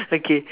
okay